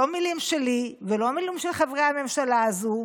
אלה לא מילים שלי ולא מילים של חברי הממשלה הזו,